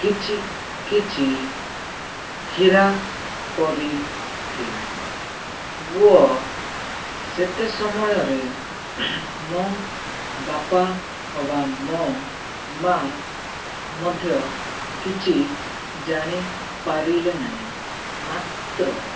କିଛି କିଛି ହୀରା ପରି ଥିଲା ଓ ସେତେ ସମୟରେ ମୋ ବାପା ଅବା ମୋ ମାଁ ମଧ୍ୟ କିଛି ଜାଣିପାରିଲେ ନାହିଁ ମାତ୍ର